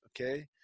Okay